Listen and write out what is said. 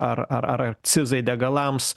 ar ar arcizai degalams